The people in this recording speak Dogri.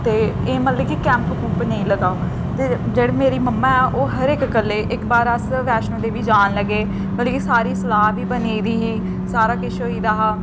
ते एह् मतलब कि कैम्प कुम्प नेईं लाओ ते जेह्डे़ मेरे मम्मा न ओह् हर इक गल्ला गी इक बारी अस माता वैष्णो जा दे हे सलाह् बी बनी दी ही सारा किश होई दा हा